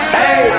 hey